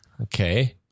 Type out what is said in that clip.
Okay